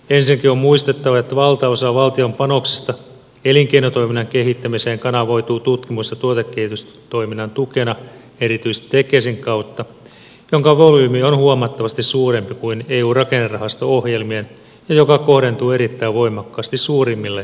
ensinnäkin on muistettava että valtaosa valtion panoksista elinkeinotoiminnan kehittämiseen kanavoituu tutkimus ja tuotekehitystoiminnan tukena erityisesti tekesin kautta jonka volyymi on huomattavasti suurempi kuin eu rakennerahasto ohjelmien ja joka kohdentuu erittäin voimakkaasti suurimmille yliopistopaikkakunnille